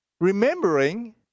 remembering